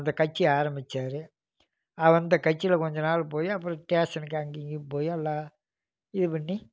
அந்த கட்சியை ஆரம்பித்தாரு அவர் அந்த கட்சியில் கொஞ்சம் நாள் போய் அப்புறம் ஸ்டேஷனுக்கு அங்கேயும் இங்கேயும் போய் எல்லாம் இது பண்ணி